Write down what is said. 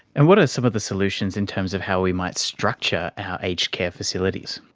and what are some of the solutions in terms of how we might structure our aged care facilities?